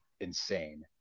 insane